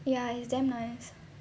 ya he's damn nice